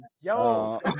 Yo